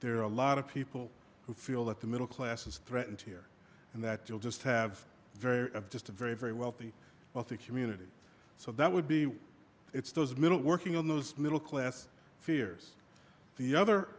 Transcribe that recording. there are a lot of people who feel that the middle class is threatened here and that you'll just have a very of just a very very wealthy wealthy community so that would be it's those middle working on those middle class fears the other